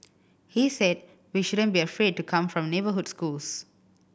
he said we shouldn't be afraid to come from neighbourhood schools